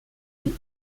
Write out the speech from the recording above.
die